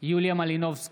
יוליה מלינובסקי,